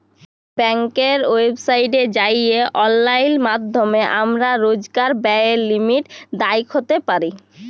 ব্যাংকের ওয়েবসাইটে যাঁয়ে অললাইল মাইধ্যমে আমরা রইজকার ব্যায়ের লিমিট দ্যাইখতে পারি